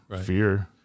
fear